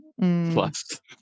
Plus